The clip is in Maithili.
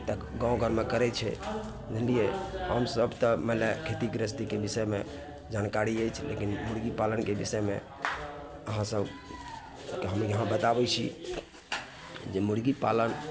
तऽ गाँव घरमे करैत छै बुझलियै हमसभ तऽ मने खेती गिरहस्थीके बिषयमे जानकारी अछि लेकिन मुर्गी पालनके बिषयमे अहाँ सभ कहानी अहाँ बताबैत छी जे मुर्गी पालन